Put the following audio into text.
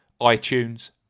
iTunes